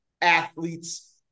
athletes